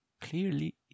clearly